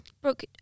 brooke